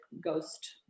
ghost